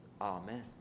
Amen